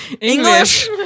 English